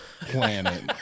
planet